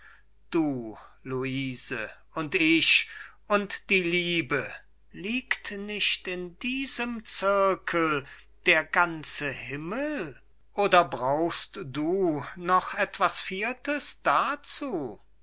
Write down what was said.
luise und ich und die liebe liegt nicht in diesem zirkel der ganze himmel oder brauchst du noch etwas viertes dazu